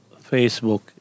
Facebook